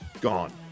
gone